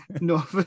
no